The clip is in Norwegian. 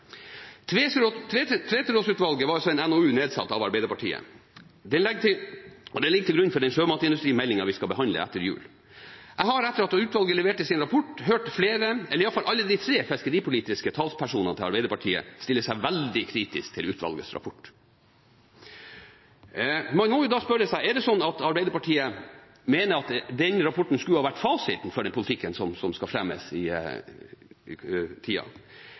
Tveteråsutvalget, som var nedsatt av Arbeiderpartiet, ligger til grunn for den sjømatindustrimeldingen vi skal behandle etter jul. Jeg har etter at utvalget leverte sin rapport, hørt iallfall alle de tre fiskeripolitiske talspersonene fra Arbeiderpartiet stille seg veldig kritisk til utvalgets rapport. Man må jo da spørre seg: Er det slik at Arbeiderpartiet mener at den rapporten skulle vært fasiten for den politikken som skal fremmes i tida